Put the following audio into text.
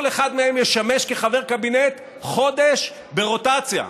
כל אחד מהם ישמש כחבר קבינט חודש ברוטציה,